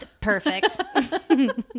Perfect